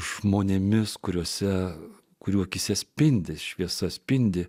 žmonėmis kuriuose kurių akyse spindi šviesa spindi